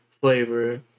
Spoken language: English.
flavor